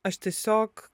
aš tiesiog